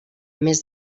més